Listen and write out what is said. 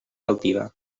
altiva